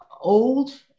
old